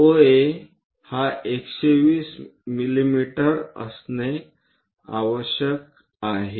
OA 120 मिमी असणे आवश्यक आहे